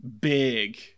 big